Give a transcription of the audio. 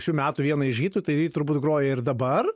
šių metų vieną iš hitų tai ji turbūt groja ir dabar